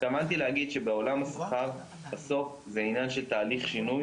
התכוונתי להגיד שבעולם השכר בסוף זה ענין של תהליך שינוי